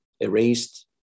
erased